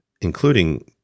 including